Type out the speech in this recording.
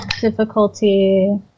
difficulty